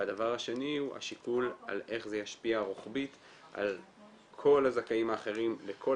והדבר השני הוא השיקול על איך זה ישפיע רוחבית על כל הזכאים האחרים לכל